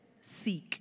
seek